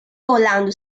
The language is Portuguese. rolando